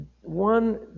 one